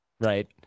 right